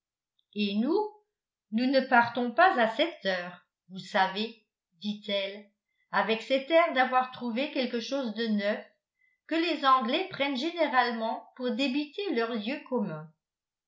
et nous nous ne partons pas à sept heures vous savez dit-elle avec cet air d'avoir trouvé quelque chose de neuf que les anglais prennent généralement pour débiter leurs lieux communs